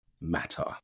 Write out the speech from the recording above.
matter